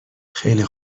خیلی